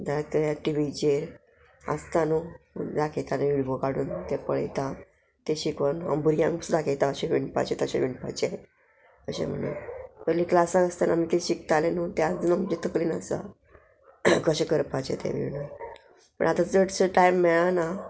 जाल्यार टिवीचेर आसता न्हू दाखयताले विडियो काडून ते पळयता ते शिकोन हांव भुरग्यांक दाखयता अशें विणपाचे तशें विणपाचे अशें म्हणून पयलीं क्लासाक आसतना आमी किदें शिकतालें न्हू तें आज ना म्हणजे तकलीन आसा कशें करपाचें ते पूण आतां चडशें टायम मेळना